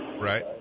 right